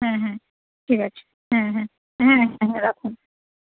হ্যাঁ হ্যাঁ ঠিক আছে হ্যাঁ হ্যাঁ হ্যাঁ হ্যাঁ রাখুন